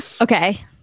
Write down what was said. okay